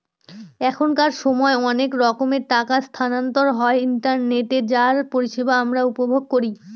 এখনকার সময় অনেক রকমের টাকা স্থানান্তর হয় ইন্টারনেটে যার পরিষেবা আমরা উপভোগ করি